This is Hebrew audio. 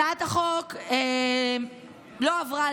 הצעת החוק לא עברה,